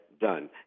done